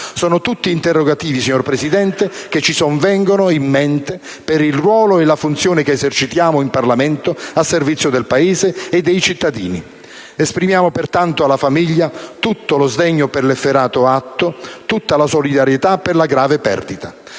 Sono tutti interrogativi, signor Presidente, che ci sovvengono in mente per il ruolo e la funzione che esercitiamo in Parlamento a servizio del Paese e dei cittadini. Esprimiamo pertanto alla famiglia tutto lo sdegno per l'efferato atto e la solidarietà per la grave perdita.